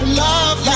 love